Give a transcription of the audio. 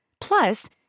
Plus